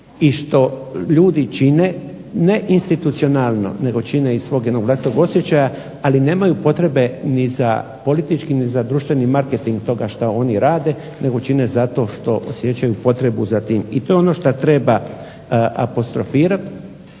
i što ljudi čine, ne institucionalno nego čine iz svog jednog vlastitog osjećaja, ali nemaju potrebe ni za politički ni za društveni marketing toga što oni rade nego čine zato što osjećaju potrebu za tim. I to je ono što treba apostrofirati